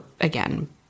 again